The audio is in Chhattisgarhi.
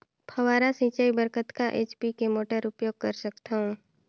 फव्वारा सिंचाई बर कतका एच.पी के मोटर उपयोग कर सकथव?